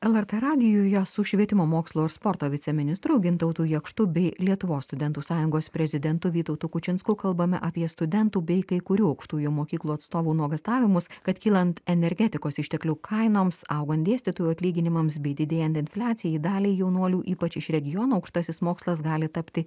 lrt radijuje su švietimo mokslo ir sporto viceministru gintautu jakštu bei lietuvos studentų sąjungos prezidentu vytautu kučinsku kalbame apie studentų bei kai kurių aukštųjų mokyklų atstovų nuogąstavimus kad kylant energetikos išteklių kainoms augant dėstytojų atlyginimams bei didėjant infliacijai daliai jaunuolių ypač iš regionų aukštasis mokslas gali tapti